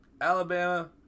Alabama